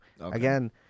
Again